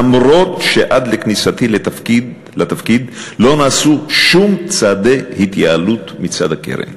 אף שעד לכניסתי לתפקיד לא נעשו שום צעדי התייעלות מצד הקרן.